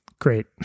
Great